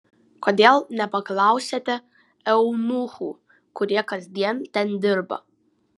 kodėl nepaklausiate eunuchų kurie kasdien ten dirba